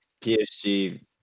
PSG